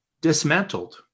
dismantled